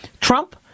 Trump